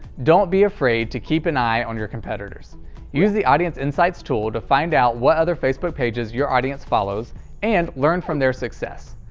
don't be afraid to keep an eye on your competitors use the audience insights tool to find out what other facebook pages your audience follows and learn from their success.